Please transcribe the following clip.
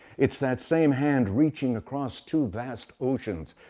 it's that same hand reaching across two vast oceans,